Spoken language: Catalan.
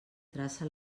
traça